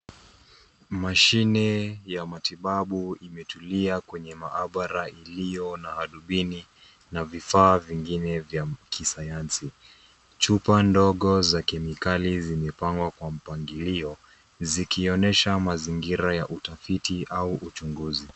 Mashine ya matibabu imetulia kwenye maabara iliyo na hadubini na vifaa vingine vya kisayansi. Chupa ndogo za kemikali zimepangwa kwa mpangilio, zikionyesha mazingira ya utafiti au uchunguzi.